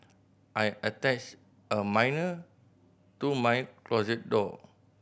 I attached a manner to my closet door